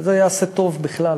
וזה יעשה טוב בכלל.